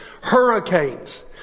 hurricanes